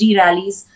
rallies